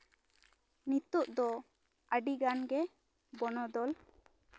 ᱱᱤᱛᱚᱜ ᱫᱚ ᱟᱹᱰᱤ ᱜᱟᱱ ᱜᱮ ᱵᱚᱱᱚᱫᱚᱞ